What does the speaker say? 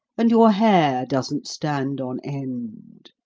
and your hair doesn't stand on end.